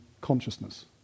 consciousness